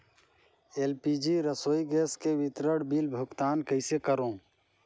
LPG रसोई gas के विवरण बिल भुगतान कइसे करों?